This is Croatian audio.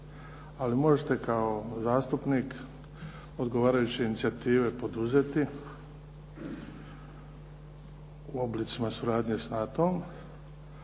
Ali možete kao zastupnik odgovarajuće inicijative poduzeti u oblicima suradnje sa NATO-om.